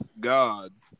gods